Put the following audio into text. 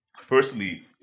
firstly